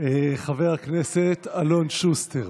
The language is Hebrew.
חבר הכנסת אלון שוסטר,